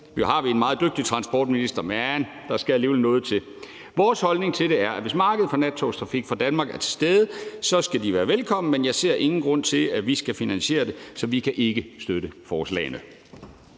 Nu har vi en meget dygtig transportminister, men der skal alligevel noget til. Vores holdning til det er, at hvis markedet for nattogstrafik i Danmark er til stede, skal det være velkomment, men jeg ser ingen grund til, at vi skal finansiere det. Så vi kan ikke støtte forslagene.